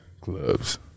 Clubs